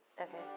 Okay